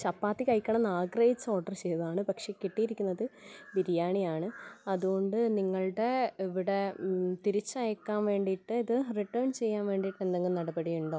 ചപ്പാത്തി കഴിക്കണമെന്ന് ആഗ്രഹിച്ച് ഓർഡർ ചെയ്തതാണ് പക്ഷേ കിട്ടിയിരിക്കുന്നത് ബിരിയാണിയാണ് അതുകൊണ്ട് നിങ്ങളുടെ ഇവിടെ തിരിച്ചയയ്ക്കാൻ വേണ്ടിയിട്ട് ഇത് റിട്ടേൺ ചെയ്യാൻ വേണ്ടിയിട്ട് എന്തെങ്കിലും നടപടി ഉണ്ടോ